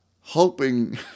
hoping